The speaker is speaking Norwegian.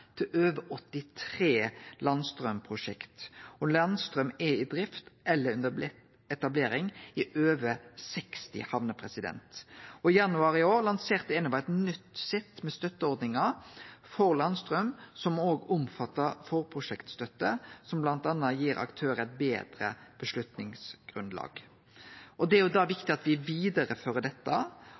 til over 83 landstrømprosjekt. Og landstrøm er i drift eller under etablering i over 60 hamner. I januar i år lanserte Enova eit nytt sett med støtteordningar for landstrøm, som òg omfattar forprosjektstøtte, noko som bl.a. gir aktørar eit betre avgjerdsgrunnlag. Det er viktig at me vidarefører dette,